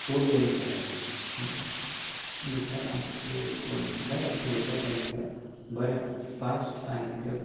four lane जालां म्हणल्यार आमचे कोण बायक घेवन वता तांकां फास्ट आनी